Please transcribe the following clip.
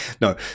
No